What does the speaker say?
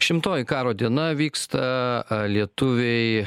šimtoji karo diena vyksta lietuviai